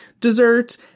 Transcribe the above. dessert